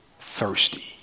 Thirsty